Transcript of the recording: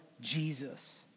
Jesus